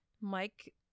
Mike